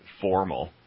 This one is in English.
formal